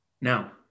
Now